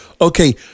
okay